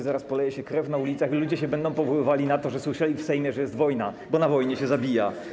Zaraz poleje się krew na ulicach i ludzie będą się powoływali na to, że słyszeli w Sejmie, że jest wojna, bo na wojnie się zabija.